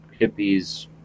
hippies